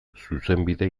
zuzenbide